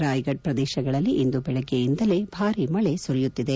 ರಾಯಗಢ್ ಪ್ರದೇಶಗಳಲ್ಲಿ ಇಂದು ಬೆಳಗ್ಗೆಯಿಂದಲೇ ಭಾರಿ ಮಳೆ ಸುರಿಯುತ್ತಿದೆ